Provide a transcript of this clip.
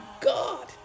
God